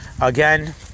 Again